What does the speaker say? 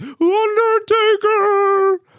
Undertaker